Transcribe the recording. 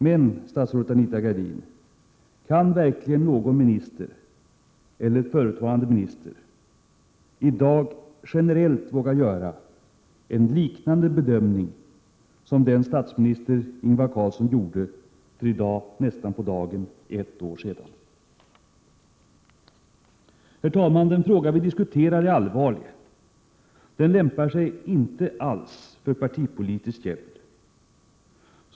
Men, statsrådet Anita Gradin, kan verkligen någon minister eller förutvarande minister i dag generellt våga göra en liknande bedömning som den statsminister Ingvar Carlsson gjorde för i dag nästan på dagen ett år sedan? Herr talman! Den fråga vi diskuterar är allvarlig. Den lämpar sig inte alls för partipolitiskt käbbel.